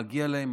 מגיע להם.